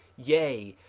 yea,